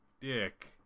dick